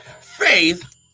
Faith